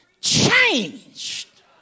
changed